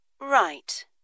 Right